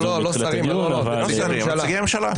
לא שרים, נציגי משרדי הממשלה.